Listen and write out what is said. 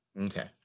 Okay